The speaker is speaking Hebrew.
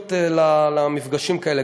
פעילויות למפגשים כאלה,